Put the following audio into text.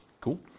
Cool